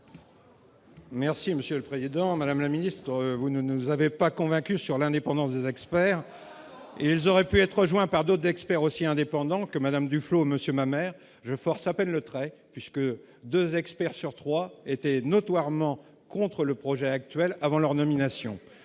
Merci Monsieur le Président, Madame la Ministre, vous ne nous avez pas convaincus sur l'indépendance des experts, ils auraient pu être rejoints par d'autres experts aussi indépendant que Madame Duflot Monsieur Mamère GeForce appelle le trait puisque 2 experts sur 3 était notoirement contre le projet actuel avant leur nomination